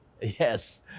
Yes